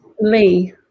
Lee